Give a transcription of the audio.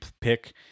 pick